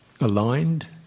aligned